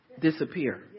disappear